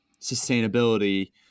sustainability